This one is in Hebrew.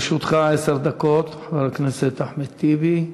לרשותך עשר דקות, חבר הכנסת אחמד טיבי.